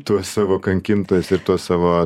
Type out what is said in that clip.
tuos savo kankintojus ir tuos savo